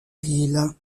lille